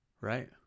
Right